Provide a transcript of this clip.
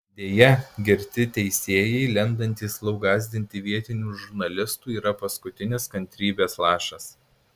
deja girti teisėjai lendantys lauk gąsdinti vietinių žurnalistų yra paskutinis kantrybės lašas